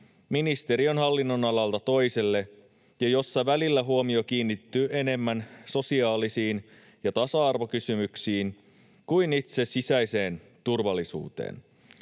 ministeriön hallinnonalalta toiselle, ja välillä huomio kiinnittyy enemmän sosiaalisiin ja tasa-arvokysymyksiin kuin itse sisäiseen turvallisuuteen.